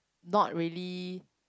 not really